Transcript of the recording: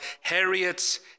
Harriet's